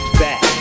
back